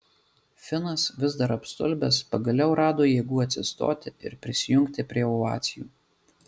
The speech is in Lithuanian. finas vis dar apstulbęs pagaliau rado jėgų atsistoti ir prisijungti prie ovacijų